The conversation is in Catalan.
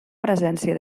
presència